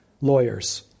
lawyers